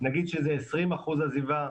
נגיד שזה 20% עזיבה,